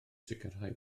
sicrhau